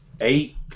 eight